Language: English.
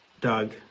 Doug